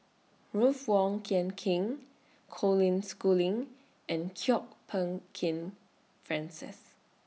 Ruth Wong Kin King Colin Schooling and Kwok Peng Kin Francis